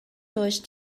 durch